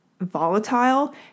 volatile